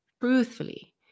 truthfully